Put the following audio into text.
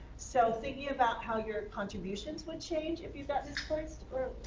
so thinking about how your contributions would change if you got displaced or